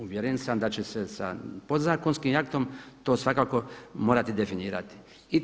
Uvjeren sam da će se sa podzakonskim aktom to svakako morati definirati.